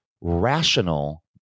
rational